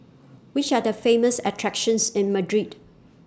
Which Are The Famous attractions in Madrid